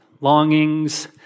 longings